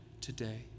today